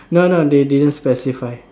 no no they didn't specify